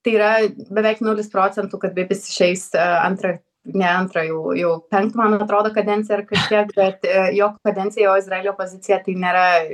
tai yra beveik nulis procentų kad jis išeis antrą ne antrą jau jau penktą man atrodo kadenciją ar kažkiek bet jo kadencija jau izraelio pozicija tai nėra